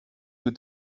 mit